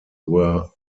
were